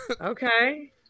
Okay